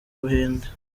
buhinde